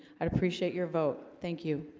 i'd appreciate your vote. thank you